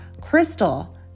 crystal